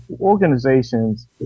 organizations